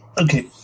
okay